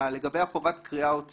האם צריכה להיות חובת קריאה או צפייה?